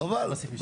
חבל.